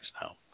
now